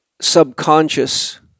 subconscious